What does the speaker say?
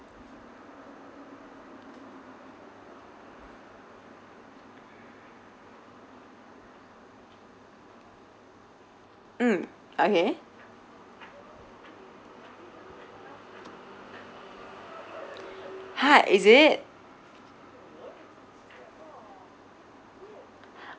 mm okay !huh! is it